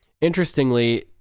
Interestingly